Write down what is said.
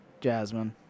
Jasmine